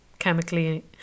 chemically